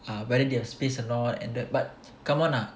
uh whether they have space or not and but come on ah